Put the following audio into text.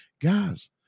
Guys